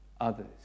others